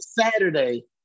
Saturday